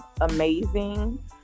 amazing